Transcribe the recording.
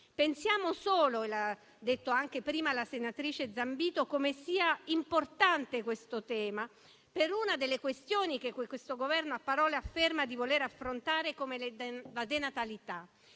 Pensiamo solo - l'ha detto prima anche la senatrice Zambito - a come sia importante questo tema per una delle questioni che questo Governo a parole afferma di voler affrontare, cioè la denatalità;